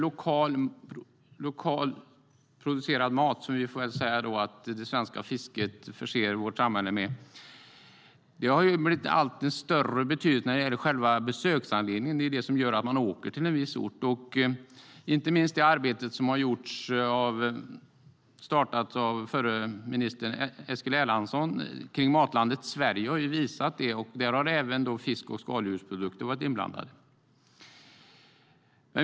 Lokalt producerad mat, som vi väl ändå får säga att det svenska fisket förser vårt samhälle med, har fått allt större betydelse när det gäller själva besöksanledningen. Det är den som gör att man åker till en viss ort. Inte minst det arbete som inleddes av den förra ministern Eskil Erlandsson genom Matlandet Sverige har visat på detta. Där har även fisk och skaldjursprodukter varit inblandade.